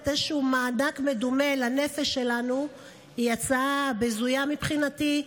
איזשהו מענק מדומה לנפש שלנו היא הצעה בזויה מבחינתי.